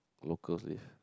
locals live